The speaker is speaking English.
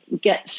get